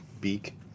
beak